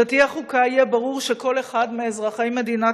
כשתהיה חוקה יהיה ברור שכל אחד מאזרחי מדינת